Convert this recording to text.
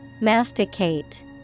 Masticate